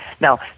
Now